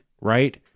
right